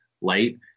light